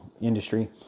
industry